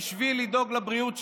בשביל לדאוג לבריאות שלנו,